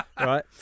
right